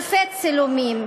אלפי צילומים.